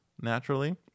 naturally